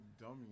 dummy